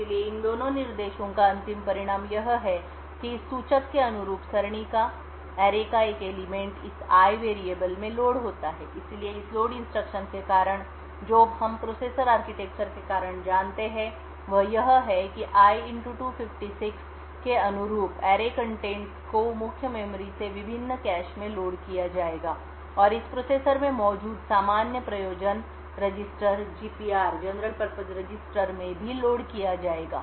इसलिए इन दोनों निर्देशों का अंतिम परिणाम यह है कि इस सूचक के अनुरूप सरणी का एक तत्वarray का element इस i में लोड होता है इसलिए इस लोड इंस्ट्रक्शन के कारण जो हम प्रोसेसर आर्किटेक्चर के कारण जानते हैं वह यह है कि i 256 के अनुरूप array contents को मुख्य मेमोरी से विभिन्न कैश में लोड किया जाएगा और इस प्रोसेसर में मौजूद सामान्य प्रयोजन रजिस्टर में भी लोड किया जाएगा